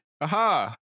Aha